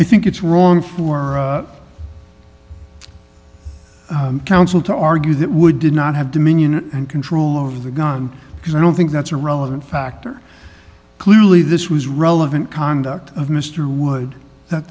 i think it's wrong for counsel to argue that wood did not have dominion and control over the gun because i don't think that's a relevant factor clearly this was relevant conduct of mr wood that